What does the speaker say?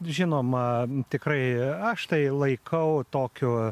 žinoma tikrai aš tai laikau tokiu